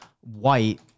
White